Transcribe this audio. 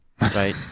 right